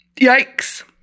Yikes